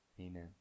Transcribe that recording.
Amen